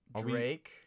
Drake-